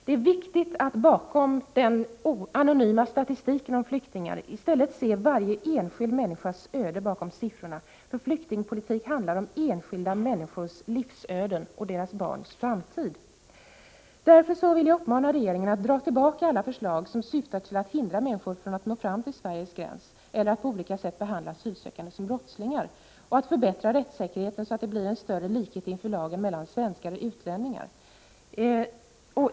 Det är viktigt att bakom den anonyma statistiken om flyktingar i stället se varje enskild människas öde bakom siffrorna. Flyktingpolitik handlar om enskilda människors livsöden och deras barns framtid. Jag vill därför uppmana regeringen att dra tillbaka alla förslag som syftar till att hindra människor från att nå Sveriges gräns eller att på olika sätt behandla asylsökande som brottslingar. Regeringen måste också förbättra rättssäkerheten, så att det blir en större likhet inför lagen mellan svenskar och utlänningar.